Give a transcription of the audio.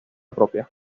propia